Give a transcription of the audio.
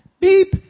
Beep